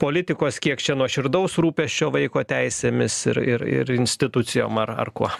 politikos kiek čia nuoširdaus rūpesčio vaiko teisėmis ir ir ir institucijom ar ar kuo